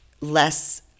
less